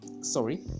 sorry